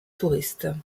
touristes